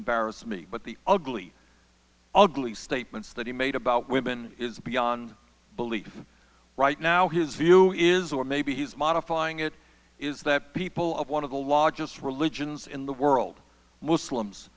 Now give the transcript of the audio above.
embarrass me but the ugly ugly statements that he made about women is beyond belief right now his view is or maybe he's modifying it is that people of one of the largest religions in the world muslims